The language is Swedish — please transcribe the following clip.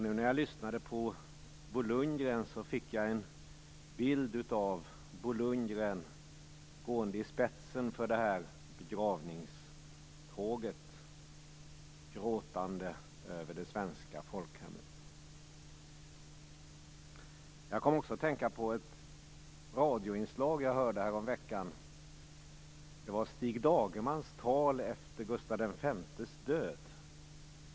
Nu när jag lyssnade på Bo Lundgren fick jag en bild av Bo Lundgren gående i spetsen för det här begravningståget gråtande över det förlorade svenska folkhemmet. Jag kom också att tänka på ett radioinslag jag hörde häromveckan. Det var Stig Dagermans tal efter Gustaf V:s död.